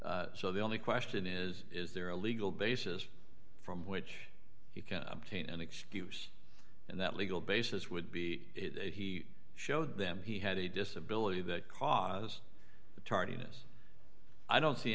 comply so the only question is is there a legal basis from which you can obtain an excuse and that legal basis would be it he showed them he had a disability that caused the tardiness i don't see